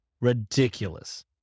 ridiculous